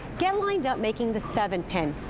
get lined up making the seven pin,